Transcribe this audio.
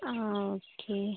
ആ ഓക്കെ